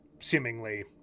seemingly